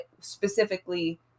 specifically